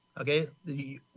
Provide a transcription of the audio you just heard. okay